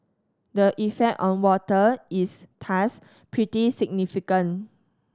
the effect on water is thus pretty significant